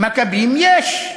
מכבים, יש,